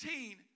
18